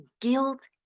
guilt